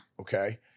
Okay